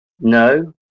no